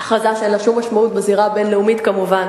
משווקים להם, לא לוקחים.